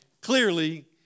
clearly